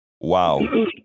Wow